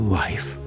life